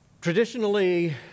Traditionally